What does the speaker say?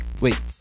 wait